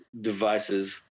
devices